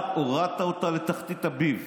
רק הורדת אותה לתחתית הביב.